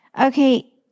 Okay